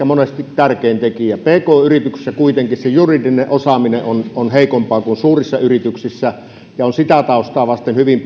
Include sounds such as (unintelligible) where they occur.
(unintelligible) monesti tärkein tekijä pk yrityksissä kuitenkin se juridinen osaaminen on on heikompaa kuin suurissa yrityksissä ja tämä on sitä taustaa vasten hyvin (unintelligible)